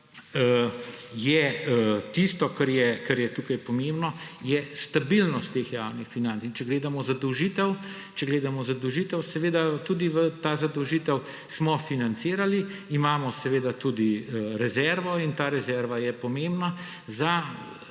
je tisto, kar je tukaj pomembno, stabilnost teh javnih financ. In če gledamo zadolžitev, seveda smo tudi to zadolžitev financirali. Imamo seveda tudi rezervo in ta rezerva je pomembna za